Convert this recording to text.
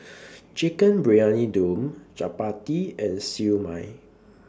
Chicken Briyani Dum Chappati and Siew Mai